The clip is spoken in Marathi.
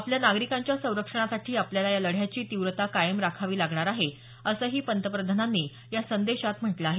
आपल्या नागरिकांच्या संरक्षणासाठी आपल्याला या लढ्याची तीव्रता कायम राखावी लागणार आहे असंही पंतप्रधानांनी या संदेशात म्हटलं आहे